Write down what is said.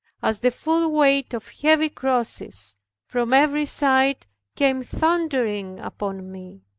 as the full weight of heavy crosses from every side came thundering upon me.